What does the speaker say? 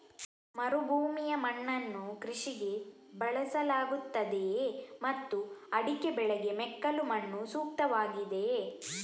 ಮರುಭೂಮಿಯ ಮಣ್ಣನ್ನು ಕೃಷಿಗೆ ಬಳಸಲಾಗುತ್ತದೆಯೇ ಮತ್ತು ಅಡಿಕೆ ಬೆಳೆಗೆ ಮೆಕ್ಕಲು ಮಣ್ಣು ಸೂಕ್ತವಾಗಿದೆಯೇ?